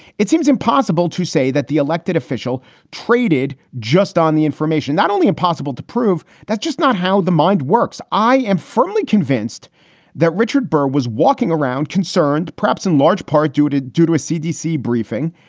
it seems impossible to say that the elected official traded just on the information, not only impossible to prove. that's just not how the mind works. i am firmly convinced that richard burr was walking around concerned, perhaps in large part due to due to a cdc briefing,